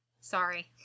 sorry